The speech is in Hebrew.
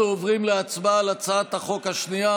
אנחנו עוברים להצבעה על הצעת החוק השנייה,